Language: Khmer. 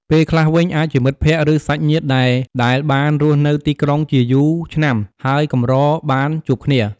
ពេលខ្លះវិញអាចជាមិត្តភក្ដិ ឬសាច់ញាតិដែលដែលបានរស់នៅទីក្រុងជាយូរឆ្នាំ ហើយកម្របានជួបគ្នា។